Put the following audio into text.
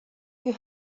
you